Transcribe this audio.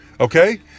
Okay